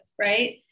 Right